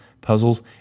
puzzles